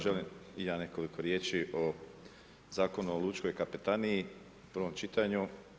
Želim i ja nekoliko riječi o Zakonu o lučkoj kapetaniji, u prvom čitanju.